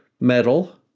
metal